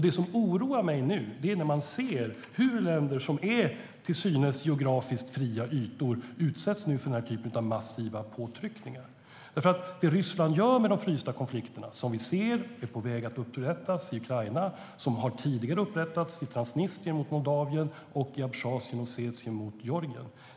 Det som oroar mig nu är att länder som är till synes geografiskt fria ytor utsätts för den här typen av massiva påtryckningar. Det är vad vi ser att Ryssland gör med de frysta konflikter som är på väg att upprättas i Ukraina och som tidigare har upprättats i Transnistrien mot Moldavien och i Abchazien och Ossetien mot Georgien.